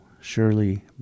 surely